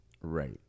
Right